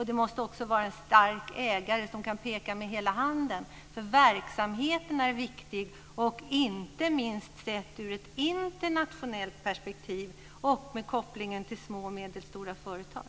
Det måste vara en stark ägare som kan peka med hela handen. Verksamheten är viktig, inte minst sett ur ett internationellt perspektiv och med kopplingen till små och medelstora företag.